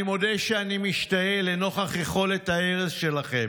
אני מודה שאני משתאה לנוכח יכולת ההרס שלכם.